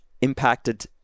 Impacted